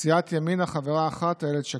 סיעת ימינה, חברה אחת: איילת שקד,